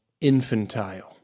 infantile